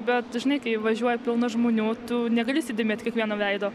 bet žinai kai važiuoja pilna žmonių tu negali įsidėmėt kiekvieno veido